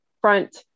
front